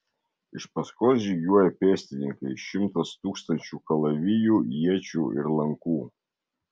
iš paskos žygiuoja pėstininkai šimtas tūkstančių kalavijų iečių ir lankų